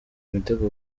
imitego